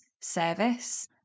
service